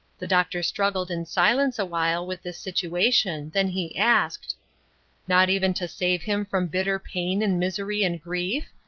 the doctor struggled in silence awhile with this situation then he asked not even to save him from bitter pain and misery and grief?